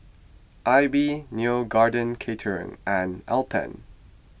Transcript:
Aibi Neo Garden Catering and Alpen